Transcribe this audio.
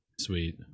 sweet